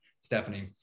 Stephanie